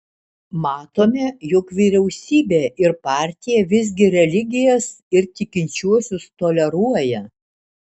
matome jog vyriausybė ir partija visgi religijas ir tikinčiuosius toleruoja